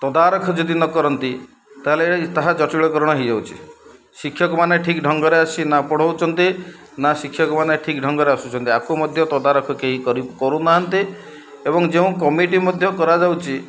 ତଦାରଖ ଯଦି ନ କରନ୍ତି ତା'ହେଲେ ତାହା ଜଟିଳକରଣ ହେଇଯାଉଛି ଶିକ୍ଷକମାନେ ଠିକ୍ ଢଙ୍ଗରେ ଆସି ନା ପଢ଼ାଉଛନ୍ତି ନା ଶିକ୍ଷକମାନେ ଠିକ ଢଙ୍ଗରେ ଆସୁଛନ୍ତି ଆକୁ ମଧ୍ୟ ତଦାରଖ କେହି କରୁନାହାନ୍ତି ଏବଂ ଯେଉଁ କମିଟି ମଧ୍ୟ କରାଯାଉଛି